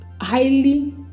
highly